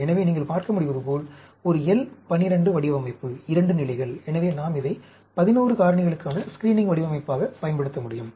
எனவே நீங்கள் பார்க்கமுடிவது போல் ஒரு L 12 வடிவமைப்பு 2 நிலைகள் எனவே நாம் இதை 11 காரணிகளுக்கான ஸ்கிரீனிங் வடிவமைப்பாகப் பயன்படுத்த முடியும்